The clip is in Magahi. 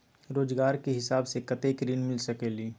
रोजगार के हिसाब से कतेक ऋण मिल सकेलि?